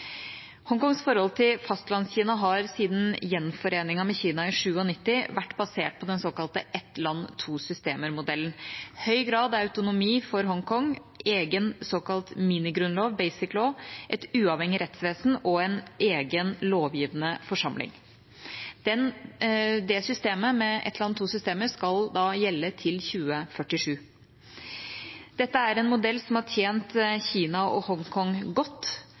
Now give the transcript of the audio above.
forhold til Fastlands-Kina har siden gjenforeningen med Kina i 1997 vært basert på den såkalte ett land, to systemer-modellen, med høy grad av autonomi for Hongkong, egen såkalt minigrunnlov, Basic Law, et uavhengig rettsvesen og en egen lovgivende forsamling. Det systemet – ett land, to systemer – skal da gjelde til 2047. Dette er en modell som har tjent Kina og Hongkong godt,